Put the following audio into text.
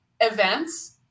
events